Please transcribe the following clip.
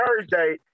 Thursday